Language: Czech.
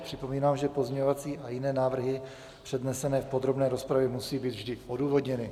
Připomínám, že pozměňovací a jiné návrhy přednesené v podrobné rozpravě musí být vždy odůvodněny.